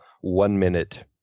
one-minute